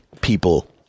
people